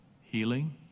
healing